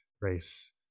race